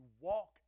walk